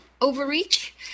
overreach